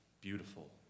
beautiful